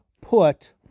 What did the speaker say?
put